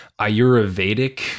Ayurvedic